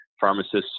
pharmacists